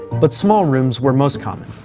but small rooms were most common.